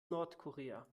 nordkorea